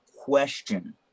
question